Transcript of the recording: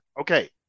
Okay